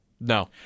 No